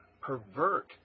pervert